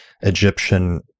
Egyptian